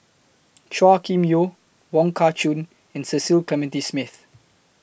Chua Kim Yeow Wong Kah Chun and Cecil Clementi Smith